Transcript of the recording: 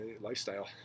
lifestyle